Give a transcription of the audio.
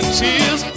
tears